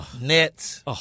Nets